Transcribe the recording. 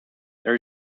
there